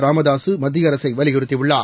ராமதாசு மத்திய அரசை வலியுறுத்தியுள்ளார்